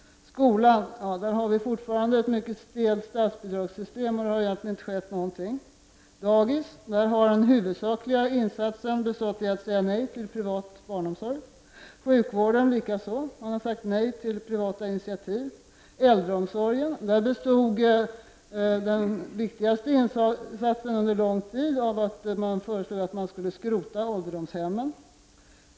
Skolan — här har vi fortfarande ett mycket stelbent statsbidragssystem. Det har egentligen inte skett någonting. Daghemmen — här har den huvudsakliga insatsen bestått i att man sagt nej till privat barnomsorg. Detsamma gäller sjukvården. Man har sagt nej till privata initiativ. Äldreomsorgen — den viktigaste insatsen under lång tid har varit förslaget att skrota ålderdomshemmen.